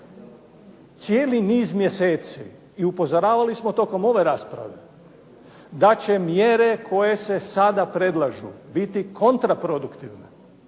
cijeli niz mjeseci i upozoravali smo tokom ove rasprave da će mjere koje se sada predlažu biti kontraproduktivne,